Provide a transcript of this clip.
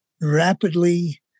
rapidly